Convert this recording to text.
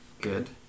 good